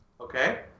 Okay